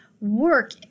work